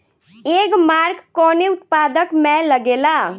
एगमार्क कवने उत्पाद मैं लगेला?